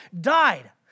died